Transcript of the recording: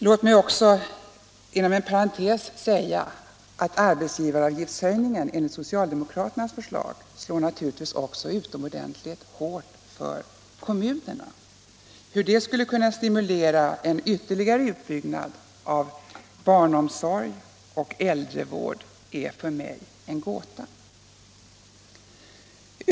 Låt mig också inom parentes säga att höjningen av arbetsgivaravgiften enligt socialdemokraternas förslag naturligtvis också slår utomordentligt hårt för kommunerna. Hur det skulle kunna stimulera en ytterligare utbyggnad av barnomsorg och äldrevård är för mig en gåta.